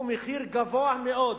הוא מחיר גבוה מאוד.